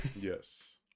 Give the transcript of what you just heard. Yes